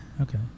Okay